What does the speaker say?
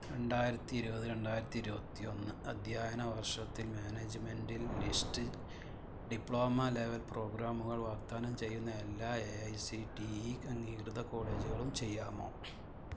രണ്ടായിരത്തി ഇരുപത് രണ്ടായിരത്തി ഇരുപത്തിയൊന്ന് അദ്ധ്യായാന വർഷത്തിൽ മാനേജ്മെൻറ്റിൽ ലിസ്റ്റ ഡിപ്ലോമ ലെവൽ പ്രോഗ്രാമുകൾ വാഗ്ദാനം ചെയ്യുന്ന എല്ലാ A I C T E അംഗീകൃത കോളേജുകളും ചെയ്യാമോ